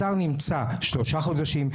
השר נמצא שלושה חודשים.